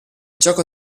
gioco